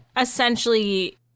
essentially